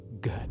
good